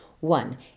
One